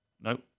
No